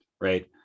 right